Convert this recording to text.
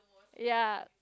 ya